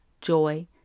joy